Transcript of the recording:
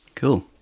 Cool